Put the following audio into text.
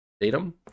datum